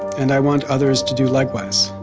and i want others to do likewise.